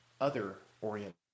other-oriented